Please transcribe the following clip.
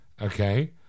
Okay